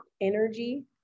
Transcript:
energy